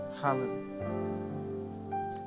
Hallelujah